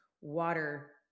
water